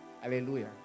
Hallelujah